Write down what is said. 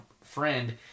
friend